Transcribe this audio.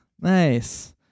Nice